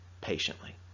patiently